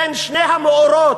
בין שני המאורות,